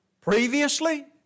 Previously